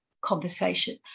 conversation